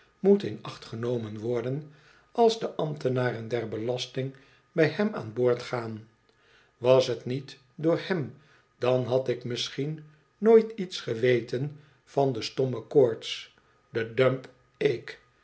moet in acht genomen worden als de ambtenaren der belasting bij hem aan boord gaan was t niet door hem dan had ik misschien nooit iets geweten van de stommekoorts